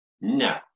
No